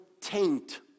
taint